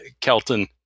Kelton